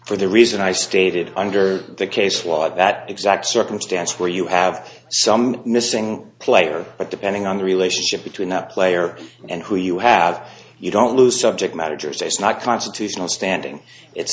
for the reason i stated under the case law at that exact circumstance where you have some missing player but depending on the relationship between that player and who you have you don't lose subject matter just is not constitutional standing it's